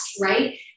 right